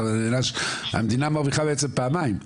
המדינה מרוויחה בעצם פעמיים.